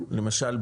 למשל,